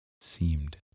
seemed